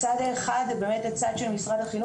את מתארת פה